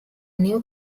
new